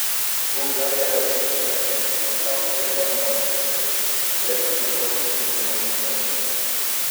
ug yra reikšmingas ne tik ilk diagnostikai bet ir ligos išplitimui nustatyti